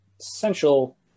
essential